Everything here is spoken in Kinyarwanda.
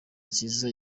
nziza